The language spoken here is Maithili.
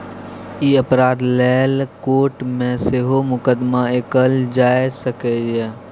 ई अपराध लेल कोर्ट मे सेहो मुकदमा कएल जा सकैए